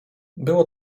było